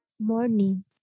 Morning